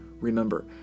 Remember